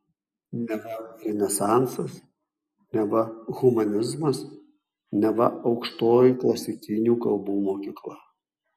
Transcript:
neva renesansas neva humanizmas neva aukštoji klasikinių kalbų mokykla